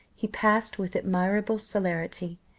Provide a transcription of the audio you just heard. he passed with admirable celerity,